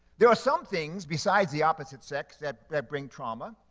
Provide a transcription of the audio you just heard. there are some things, besides the opposite sex, that that bring trauma,